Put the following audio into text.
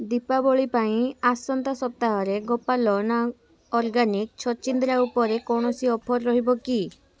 ଦୀପାବଳି ପାଇଁ ଆସନ୍ତା ସପ୍ତାହରେ ଗୋପାଲନ ଅର୍ଗାନିକ୍ ଛଚିନ୍ଦ୍ରା ଉପରେ କୌଣସି ଅଫର୍ ରହିବ କି